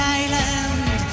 island